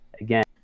again